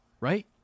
right